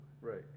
Right